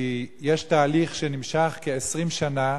כי יש תהליך שנמשך 20 שנה,